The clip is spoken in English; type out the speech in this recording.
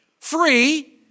free